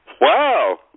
Wow